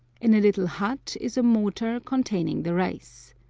in a little hut is a mortar containing the rice.